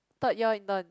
third year intern